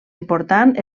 important